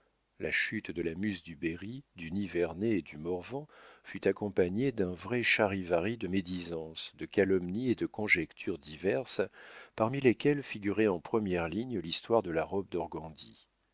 la chute de la muse de berry du nivernais et du morvan fut accompagnée d'un vrai charivari de médisances de calomnies et de conjectures diverses parmi lesquelles figurait en première ligne l'histoire de la robe